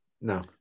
No